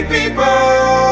people